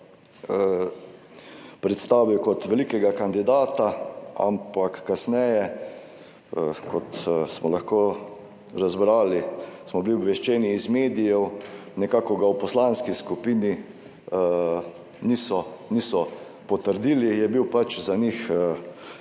predstavil kot velikega kandidata, ampak kasneje, kot smo lahko razbrali, smo bili obveščeni iz medijev nekako ga v poslanski skupini niso potrdili, je bil za njih